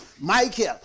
Michael